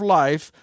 life